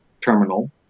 terminal